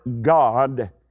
God